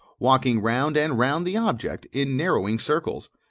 walking round and round the object in narrowing circles,